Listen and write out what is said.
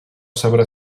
sabrá